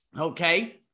Okay